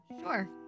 Sure